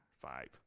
five